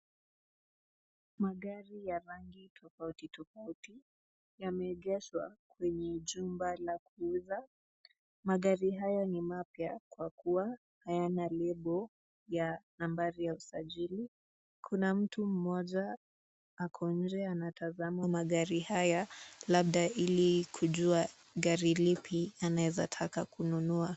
Magari ya rangi tofauti tofauti yameegeshwa kwenye chumba la kuuza. Magari haya ni mapya kwa kuwa hayana lebo ya nambari ya usajili. Kuna mtu mmoja ako nje anatazama magari haya labda ili kujua gari lipi anaweza taka kununua.